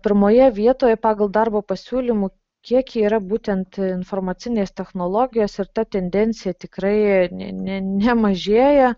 pirmoje vietoje pagal darbo pasiūlymų kiekį yra būtent informacinės technologijos ir ta tendencija tikrai ne ne nemažėja